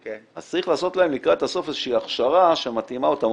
אז צריך לעשות להם לקראת הסוף איזה שהיא הכשרה שמתאימה אותם,